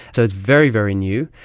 so it's very, very new.